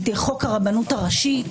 את חוק הרבנות הראשית,